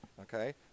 okay